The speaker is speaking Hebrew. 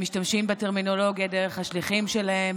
הם משתמשים בטרמינולוגיה דרך השליחים שלהם